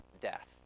death